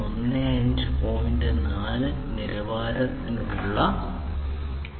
4 നിലവാരത്തെ അടിസ്ഥാനമാക്കിയുള്ളതാണ്